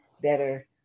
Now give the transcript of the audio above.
better